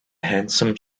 handsome